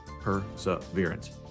perseverance